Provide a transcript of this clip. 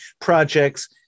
projects